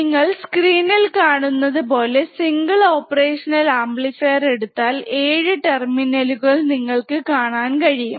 നിങ്ങൾ സ്ക്രീനിൽ കാണുന്ന പോലെ സിംഗിൾ ഓപ്പറേഷണൽ ആംപ്ലിഫയർ എടുത്താൽ 7 ടെർമിനലുകൾ നിങ്ങൾക്ക് കാണാൻ കഴിയും